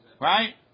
Right